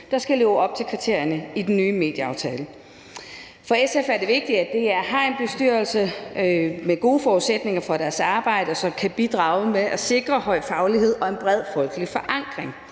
der skal leve op til kriterierne i den nye medieaftale. For SF er det vigtigt, at DR har en bestyrelse med gode forudsætninger for, at deres arbejde kan bidrage til at sikre en høj faglighed og en bred folkelig forankring.